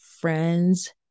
friends